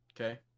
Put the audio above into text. Okay